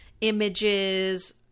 images